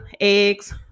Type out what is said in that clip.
eggs